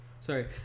Sorry